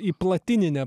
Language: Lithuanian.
į platininę